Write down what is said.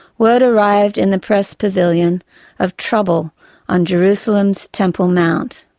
word arrived in the press pavilion of trouble on jerusalem's temple mount.